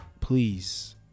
please